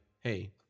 hey